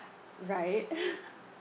right